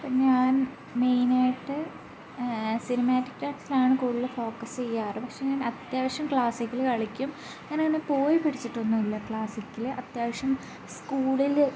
ഞാൻ മെയിനായിട്ട് സിനിമാറ്റിക്ക് ഡാൻസാണ് കൂടുതൽ ഫോക്കസ് ചെയ്യാറ് പക്ഷേ ഞാൻ അത്യാവശ്യം ക്ലാസിക്കൽ കളിക്കും ഞാൻ അങ്ങനെ പോയി പഠിച്ചിട്ടൊന്നുമില്ല ക്ലാസിക്കൽ അത്യാവശ്യം സ്കൂളിൽ